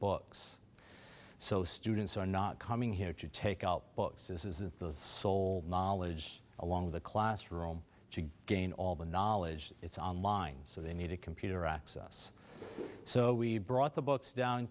books so students are not coming here to take out books this isn't the sole knowledge along with a classroom to gain all the knowledge it's online so they need a computer access so we brought the books down